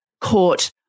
court